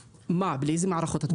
לאיזה מערכות אתה מתכוון?